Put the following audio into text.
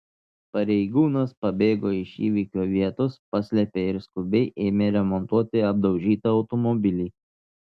pareigūnas pabėgo iš įvykio vietos paslėpė ir skubiai ėmė remontuoti apdaužytą automobilį